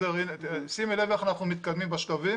שימי לב איך אנחנו מתקדמים בשלבים